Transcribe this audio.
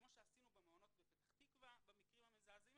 כמו שעשינו במעונות בפתח תקווה במקרים המזעזעים